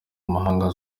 mahanga